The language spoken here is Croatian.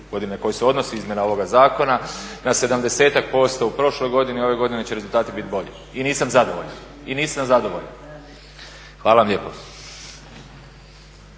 godini na koju se odnosi izmjena ovoga zakona na 70-ak posto u prošloj godini. A u ovoj godini će rezultati biti bolji. I nisam zadovoljan. Hvala vam lijepo.